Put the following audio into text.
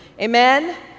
Amen